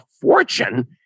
fortune